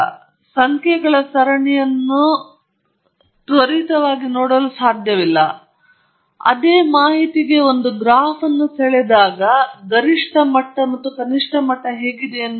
ಆದ್ದರಿಂದ ಉದಾಹರಣೆಗೆ ನೀವು ಇಲ್ಲಿ ನೋಡಿದರೆ somethings ಸರಿಯಾಗಿವೆ ನೀವು ಶಿರೋನಾಮೆ ಹೊಂದಿದ್ದೀರಿ ನಿಮಗೆ ಸಮಯ ಮೊದಲ ಗರಿಷ್ಠ ಮೊದಲ ಗರಿಷ್ಠ ಅಗಲ ಎರಡನೆಯ ಗರಿಷ್ಠ ಎರಡನೇ ಗರಿಷ್ಠ ಅಗಲ ಸ್ಥಾನಗಳು ಇಲ್ಲಿವೆ ಮತ್ತು ಕೆಲವು ಸಮಯಗಳನ್ನು ಇಲ್ಲಿ ಪಟ್ಟಿ ಮಾಡಲಾಗಿದೆ ತದನಂತರ ಕೆಲವು ಮೌಲ್ಯಗಳು ಇಲ್ಲಿ ನೀಡಲಾಗಿದೆ